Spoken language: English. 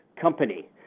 company